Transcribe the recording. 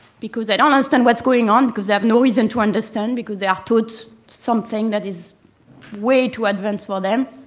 because they don't understand what's going on. because they have no reason to understand. because they are taught something that is way too advanced for them.